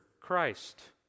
Christ